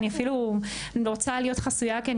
אני אפילו רוצה להיות חסויה כי אני